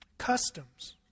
Customs